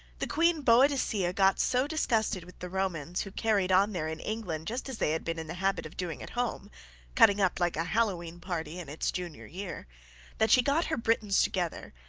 the queen boadicea got so disgusted with the romans who carried on there in england just as they had been in the habit of doing at home cutting up like a hallowe'en party in its junior year that she got her britons together,